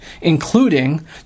including